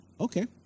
Okay